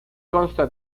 consta